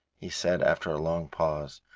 he said, after a long pause,